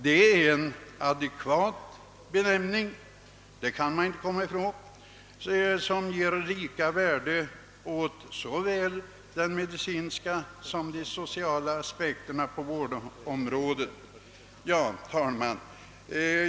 Det är en adekvat benämning — det kan man inte komma ifrån — som ger lika värde åt de medicinska och sociala aspekterna på vårdområdet. Herr talman!